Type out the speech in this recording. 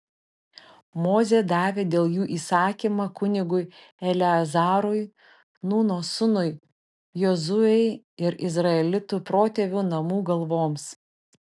mozė davė dėl jų įsakymą kunigui eleazarui nūno sūnui jozuei ir izraelitų protėvių namų galvoms